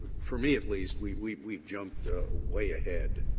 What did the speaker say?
for me at least we've we've we've jumped way ahead.